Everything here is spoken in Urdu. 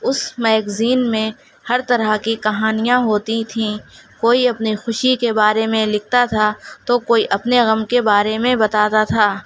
اس میگزین میں ہر طرح کی کہانیاں ہوتی تھیں کوئی اپنی خوشی کے بارے میں لکھتا تھا تو کوئی اپنے غم کے بارے میں بتاتا تھا